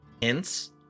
hints